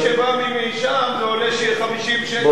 למי שבא משם זה עולה 50 שקל,